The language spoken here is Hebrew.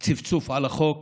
על צפצוף על החוק